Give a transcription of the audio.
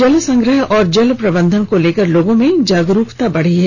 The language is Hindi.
जल संग्रह और जल प्रबंधन को लेकर लोगों में जागरूकता बढ़ी है